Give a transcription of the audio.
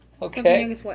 Okay